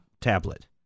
tablet